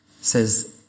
says